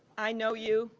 i know you,